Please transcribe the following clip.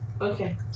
Okay